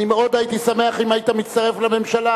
הייתי שמח מאוד אם היית מצטרף לממשלה,